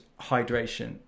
hydration